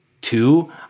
two